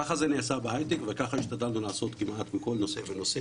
כך זה נעשה בהייטק וכך השתדלנו לעשות כמעט בכל נושא ונושא,